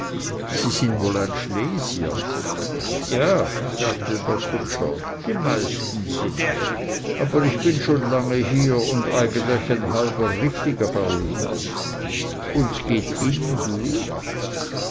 sie sind wohl ein schlesier ja sagte der kutscher die meisten sind aber ich bin schon lange hier und eigentlich ein halber richtiger berliner und s geht ihnen gut